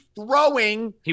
throwing